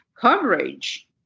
coverage